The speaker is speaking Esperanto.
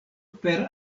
per